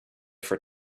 for